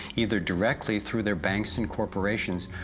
either directly through their banks and corporations,